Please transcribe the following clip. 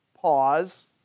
Pause